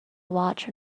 watch